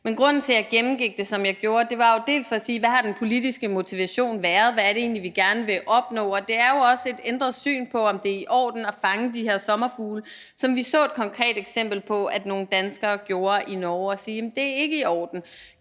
Men grunden til, at jeg gennemgik det, som jeg gjorde, var jo til dels at sige, hvad den politiske motivation har været, og hvad det egentlig er, vi gerne vil opnå. Og det er jo også et ændret syn på, om det er i orden at fange de her sommerfugle – som vi så et konkret eksempel på at nogle danskere gjorde i Norge – hvor vi siger, at det ikke er i orden.